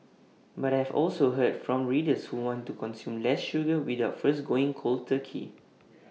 but I have also heard from readers who want to consume less sugar without first going cold turkey